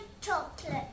chocolate